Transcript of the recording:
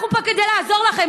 אנחנו פה כדי לעזור לכם,